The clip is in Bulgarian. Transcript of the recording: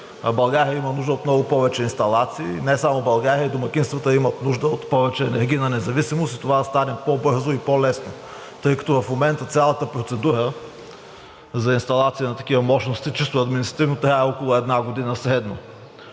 България има нужда от много повече инсталации – не само България, а и домакинствата имат нужда от повече енергийна независимост, от това да стане по-бързо и по-лесно, тъй като в момента цялата процедура за инсталация на такива мощности чисто административно трае средно около една година.